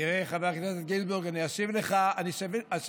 יקירי חבר הכנסת גינזבורג, אני אשיב לך בפעולה